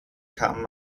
kann